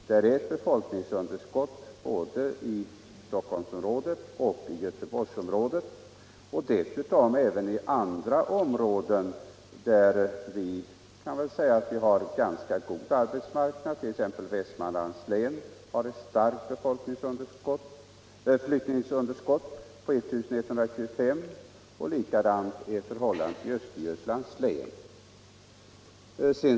Det är ett befolkningsunderskott både i Stockholmsområdet och i Göteborgsområdet ävensom i andra områden där det finns en ganska god arbetsmarknad. Västmanlands län t.ex. har ett flyttningsunderskott på 1125. Likadant är förhållandet i Östergötlands län.